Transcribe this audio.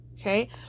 okay